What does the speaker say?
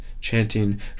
chanting